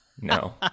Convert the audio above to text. No